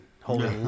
Holy